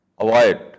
avoid